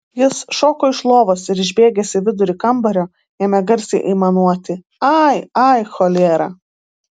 jis šoko iš lovos ir išbėgęs į vidurį kambario ėmė garsiai aimanuoti ai ai cholera